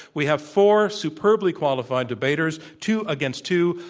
we have four superbly qualified debaters, two against two,